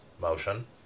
motion